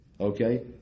Okay